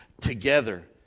together